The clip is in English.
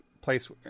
place